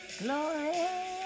glory